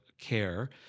care